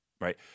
right